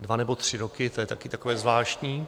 Dva nebo tři roky, to je také takové zvláštní.